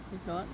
if not